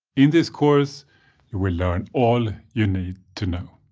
in this course you will learn all you need to know.